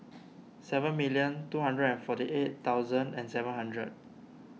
seven million two hundred and forty eight thousand and seven hundred